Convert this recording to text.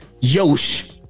Yosh